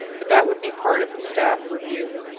but that would be part of the staff review.